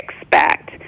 expect